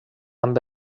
amb